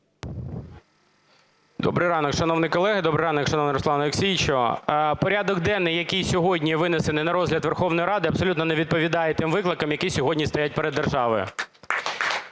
Добрий ранок, шановні колеги! Добрий ранок, шановний Руслане Олексійовичу! Порядок денний, який сьогодні винесений на розгляд Верховної Ради, абсолютно не відповідає тим викликам, які сьогодні стоять перед державою.